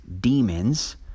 demons